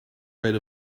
right